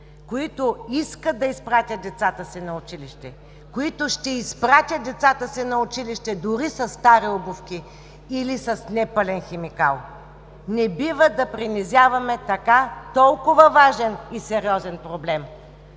които искат да изпратят децата си на училище, които ще изпратят децата си на училище, дори със стари обувки или с непълен химикал. Не бива да принизяваме така, толкова важен и сериозен проблем.